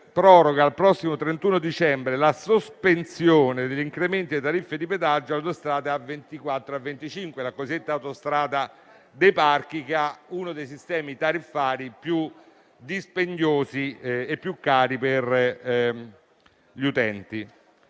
proroga al prossimo 31 dicembre la sospensione degli incrementi alle tariffe di pedaggio delle autostrade A24 e A25 (la cosiddetta autostrada dei Parchi, che ha uno dei sistemi tariffari più dispendiosi e più cari per gli utenti).